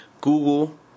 Google